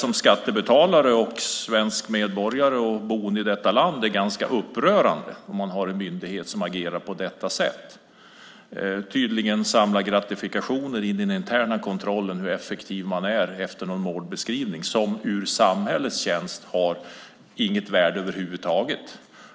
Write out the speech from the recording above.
Som skattebetalare, svensk medborgare och boende i detta land tycker jag att det är ganska upprörande att man har en myndighet som agerar på detta sätt. De samlar tydligen gratifikationer i den interna kontrollen av hur effektiv man är efter en målbeskrivning som ur samhällets synpunkt inte har något värde över huvud taget.